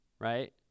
Right